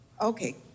Okay